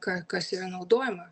ką kas yra naudojama